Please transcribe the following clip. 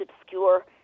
obscure